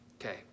okay